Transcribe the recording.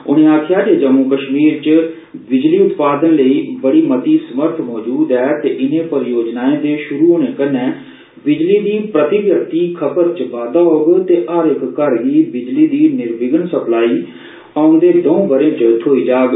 उनें आक्खेआ जे जम्मू कश्मीर च बिजली उत्पादन लेई बड़ी मती समर्थ मजूद ऐं ते इनें परियोजनाए दे शुरू होने कन्नै कबजली दी प्रति व्यक्ति खपत च बाद्दा होआ ते हर इक घर गी बिजली दी निविदन सप्लाई ओंदे दो ब'रें च थ्होई जाग